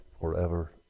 forever